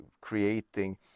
creating